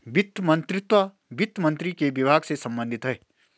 वित्त मंत्रीत्व वित्त मंत्री के विभाग से संबंधित है